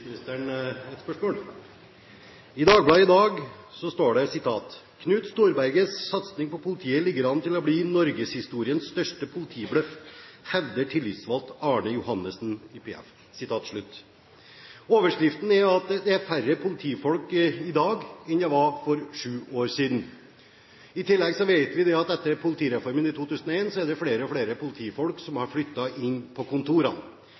et spørsmål. I Dagbladet i dag står det: «Knut Storbergets satsing på politiet ligger an til å bli Norgeshistoriens største politibløff.» Det hevder tillitsvalgt Arne Johannessen i PF. I overskriften står det: «Det er færre politifolk i Norge i dag enn for sju år siden.» I tillegg vet vi at etter politireformen i 2001 er det flere og flere politifolk som har flyttet inn på kontorene.